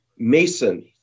mason